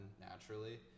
naturally